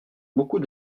beaucoup